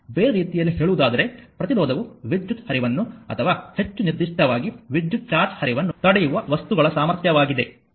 ಬೇರೆ ರೀತಿಯಲ್ಲಿ ಹೇಳುವುದಾದರೆ ಪ್ರತಿರೋಧವು ವಿದ್ಯುತ್ ಹರಿವನ್ನು ಅಥವಾ ಹೆಚ್ಚು ನಿರ್ದಿಷ್ಟವಾಗಿ ವಿದ್ಯುತ್ ಚಾರ್ಜ್ನ ಹರಿವನ್ನು ತಡೆಯುವ ವಸ್ತುಗಳ ಸಾಮರ್ಥ್ಯವಾಗಿದೆ